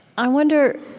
i wonder